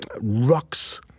rocks